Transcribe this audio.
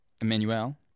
Emmanuel